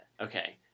Okay